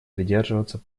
придерживаться